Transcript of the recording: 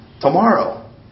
tomorrow